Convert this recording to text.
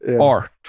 art